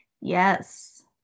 Yes